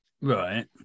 Right